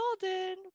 golden